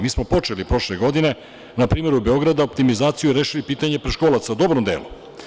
Mi smo počeli prošle godine, na primeru Beograda, optimizaciju i rešili pitanje predškolaca u dobrom delu.